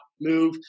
move